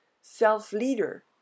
self-leader